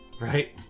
Right